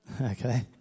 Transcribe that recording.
okay